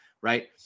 right